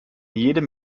jedem